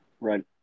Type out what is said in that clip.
Right